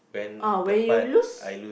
ah when you lose